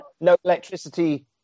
no-electricity